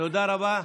תודה רבה.